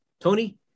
Tony